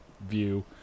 view